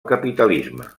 capitalisme